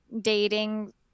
dating